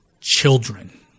children